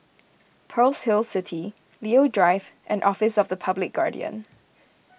Pearl's Hill City Leo Drive and Office of the Public Guardian